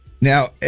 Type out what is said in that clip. Now